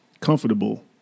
comfortable